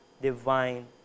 divine